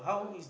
yeah